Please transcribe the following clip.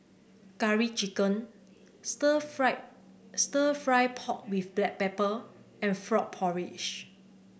Curry Chicken stir fry stir fry pork with Black Pepper and Frog Porridge